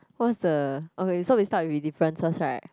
what's the okay so we start with differences right